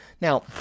Now